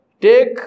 take